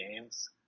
games